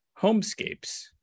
homescapes